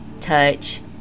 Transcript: touch